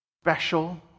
special